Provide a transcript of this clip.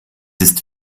ist